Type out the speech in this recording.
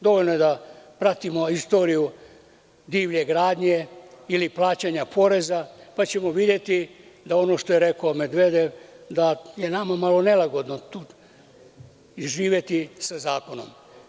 Dovoljno je da pratimo istoriju divlje gradnje ili plaćanje poreza, pa ćemo videti da ono što je rekao Medvedev, da je nama malo nelagodno živeti sa zakonom.